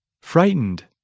frightened